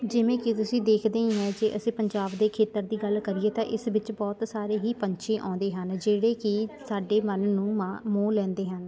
ਜਿਵੇਂ ਕਿ ਤੁਸੀਂ ਦੇਖਦੇ ਹੀ ਹੋ ਜੇ ਅਸੀਂ ਪੰਜਾਬ ਦੇ ਖੇਤਰ ਦੀ ਗੱਲ ਕਰੀਏ ਤਾਂ ਇਸ ਵਿੱਚ ਬਹੁਤ ਸਾਰੇ ਹੀ ਪੰਛੀ ਆਉਂਦੇ ਹਨ ਜਿਹੜੇ ਕਿ ਸਾਡੇ ਮਨ ਨੂੰ ਮਾਹ ਮੋਹ ਲੈਂਦੇ ਹਨ